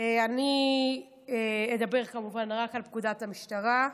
אני אדבר כמובן רק על פקודת המשטרה,